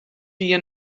jier